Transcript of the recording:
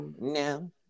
No